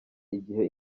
igihe